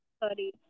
sorry